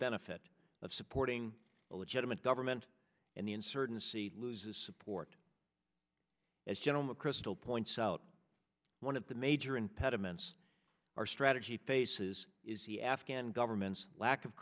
benefit of supporting a legitimate government and the insurgency loses support as general mcchrystal points out one of the major impediments our strategy faces is the afghan government's lack of